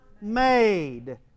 made